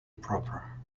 proper